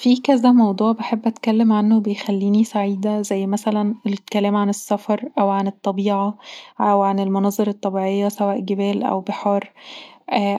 فيه كذا موضوع بحب أتكلم عنه وبيخليني سعيده زي مثلا الكلام عن السفر، او عن الطبيعه، او عن المناظر الطبيعية سواء جبال او بحار